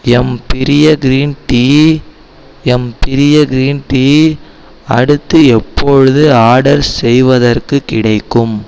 எம்பீரிய green tea எம்பீரிய green tea அடுத்து எப்போது ஆர்டர் செய்வதற்குக் கிடைக்கும்